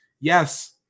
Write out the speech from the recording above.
Yes